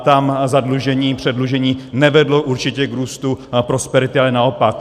Tam zadlužení, předlužení nevedlo určitě k růstu prosperity, ale naopak.